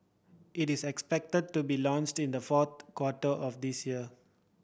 it is expected to be launched in the fourth quarter of this year